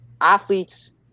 athletes